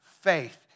Faith